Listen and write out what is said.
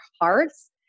hearts